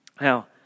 Now